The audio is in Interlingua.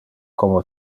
como